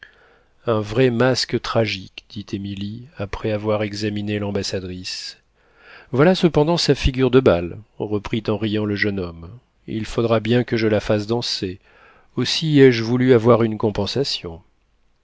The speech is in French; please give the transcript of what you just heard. un vrai masque tragique dit émilie après avoir examiné l'ambassadrice voilà cependant sa figure de bal reprit en riant le jeune homme il faudra bien que je la fasse danser aussi ai-je voulu avoir une compensation